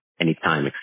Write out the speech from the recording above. anytime